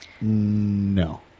No